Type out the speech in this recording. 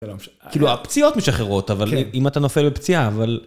כאילו הפציעות משחררות, אבל אם אתה נופל בפציעה, אבל...